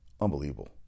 Unbelievable